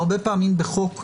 הרבה פעמים בחוק אחד,